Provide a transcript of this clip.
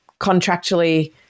contractually